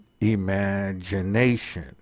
imagination